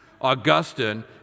Augustine